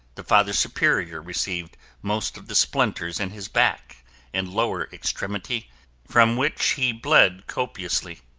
the father superior received most of the splinters in his back and lower extremity from which he bled copiously.